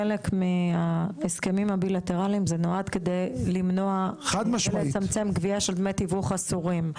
חלק מההסכמים הבילטרליים זה נועד כדי לצמצם גבייה של דמי תיווך אסורים.